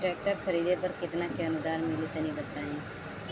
Tractor खरीदे पर कितना के अनुदान मिली तनि बताई?